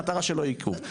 במטרה שלא יקרו".